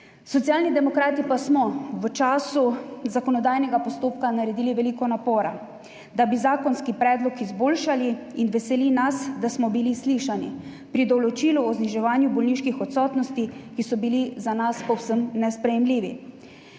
Socialni demokrati pa smo v času zakonodajnega postopka vložili veliko napora, da bi zakonski predlog izboljšali, in veseli nas, da smo bili slišani pri določilu o zniževanju bolniških odsotnosti, ki je bilo za nas povsem nesprejemljivo.